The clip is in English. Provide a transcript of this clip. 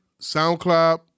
SoundCloud